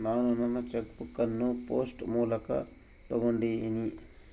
ನಾನು ನನ್ನ cheque book ಅನ್ನು ಪೋಸ್ಟ್ ಮೂಲಕ ತೊಗೊಂಡಿನಿ